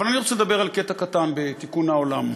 אבל אני רוצה לדבר על קטע קטן בתיקון העולם.